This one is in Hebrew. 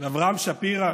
ואברהם שפירא,